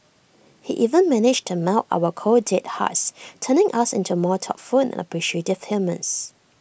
he even managed to melt our cold dead hearts turning us into more thoughtful and appreciative humans